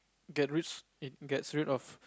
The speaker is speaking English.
get rids it gets rid of